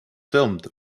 filmed